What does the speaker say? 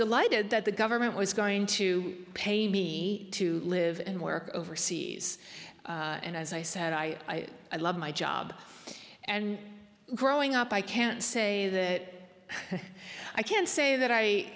delighted that the government was going to pay me to live and work overseas and as i said i love my job and growing up i can say that i can't say that i